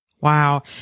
Wow